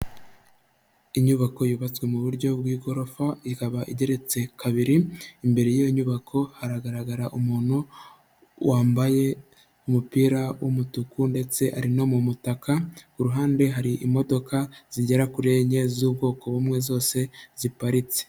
Inyubako yubatswe mu buryo bw'igorofa ikaba igeretse kabiri, imbere y'iyo nyubako haragaragara umuntu wambaye umupira w'umutuku ndetse ari no mu mutaka, ku ruhande hari imodoka zigera kuri enye z'ubwoko bumwe zose ziparitse.